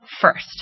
first